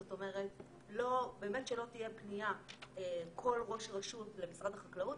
זאת אומרת באמת שלא תהיה פנייה של כל ראש רשות למשרד החקלאות,